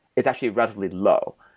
it's actually relatively low.